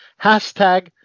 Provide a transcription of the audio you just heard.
Hashtag